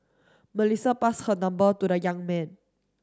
Melissa passed her number to the young man